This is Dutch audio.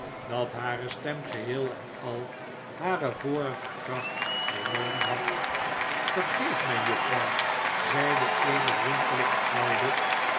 dat hare stem geheel en al hare vorige kracht hernomen had vergeef mij juffrouw zeide eene rimpelige oude